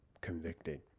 convicted